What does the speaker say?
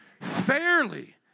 Fairly